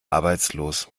arbeitslos